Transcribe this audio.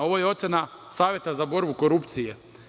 Ovo je ocena Saveta za borbu korupcije.